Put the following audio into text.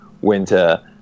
winter